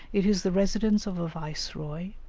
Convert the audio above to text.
it is the residence of a viceroy,